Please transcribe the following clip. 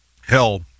Hell